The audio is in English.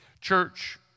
Church